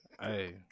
Hey